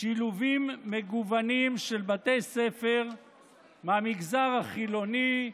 "שילובים מגוונים של בתי ספר מהמגזר החילוני,